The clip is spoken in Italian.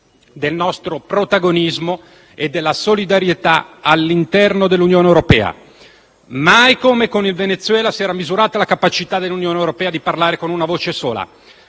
del nostro protagonismo e della solidarietà all'interno dell'Unione europea. Mai come con il Venezuela si era misurata la capacità dell'Unione europea di parlare con una voce sola.